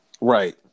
Right